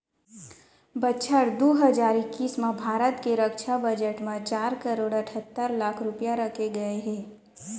बछर दू हजार इक्कीस म भारत के रक्छा बजट म चार करोड़ अठत्तर लाख रूपया रखे गए हे